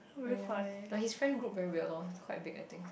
oh ya but his friend group very weird lor quite big I think